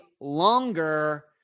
longer